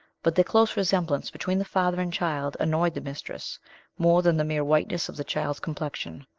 but the close resemblance between the father and child annoyed the mistress more than the mere whiteness of the child's complexion.